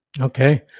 Okay